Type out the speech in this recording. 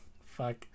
Fuck